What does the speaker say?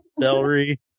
Celery